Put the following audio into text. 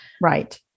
right